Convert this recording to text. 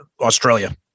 Australia